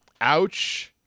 Ouch